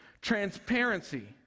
Transparency